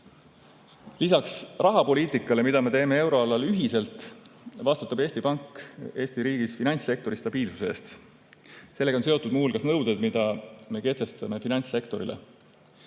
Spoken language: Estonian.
rahapoliitikale, mida me teeme euroalal ühiselt, vastutab Eesti Pank Eesti riigis finantssektori stabiilsuse eest. Sellega on seotud muu hulgas nõuded, mida me kehtestame finantssektorile.